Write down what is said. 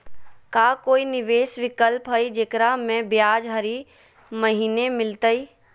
का कोई निवेस विकल्प हई, जेकरा में ब्याज हरी महीने मिलतई?